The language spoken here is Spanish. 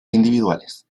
individuales